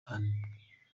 annie